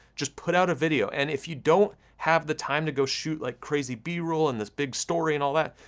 just put out a video. and if you don't have the time to go shoot, like crazy b-roll, and this big story, and all that,